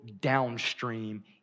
downstream